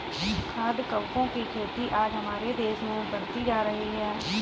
खाद्य कवकों की खेती आज हमारे देश में बढ़ती जा रही है